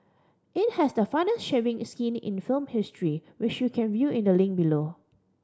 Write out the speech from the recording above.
it has the funniest shaving is scene in film history which you can view in the link below